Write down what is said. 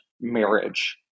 marriage